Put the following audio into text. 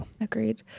agreed